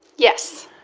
yes